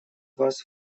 вас